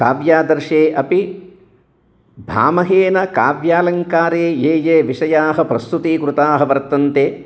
काव्यादर्शे अपि भामहेन काव्यालङ्कारे ये ये विषयाः प्रस्तुतीकृताः वर्तन्ते